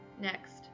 Next